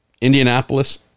Indianapolis